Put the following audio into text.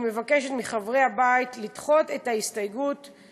אני מבקשת מחברי הבית לדחות את ההסתייגויות